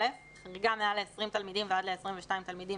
חריגה מעל ל-20 תלמידים ועד ל-22 תלמידים